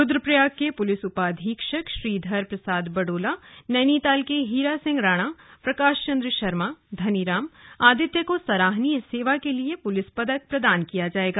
रुद्रप्रयाग के पुलिस उपाधीक्षक श्रीधर प्रसाद बड़ोला नैनीताल के हीरा सिंह राणा प्रकाश चन्द्र शर्मा धनीराम आदित्य को सराहनीय सेवा के लिए पुलिस पदक प्रदान किया जाएगा